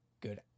good